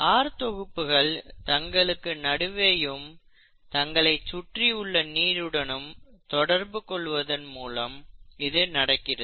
R தொகுப்புகள் தங்களுக்கு நடுவேயும் தன்னை சுற்றி உள்ள நீருடனும் தொடர்பு கொள்வதன் மூலம் இது நடக்கிறது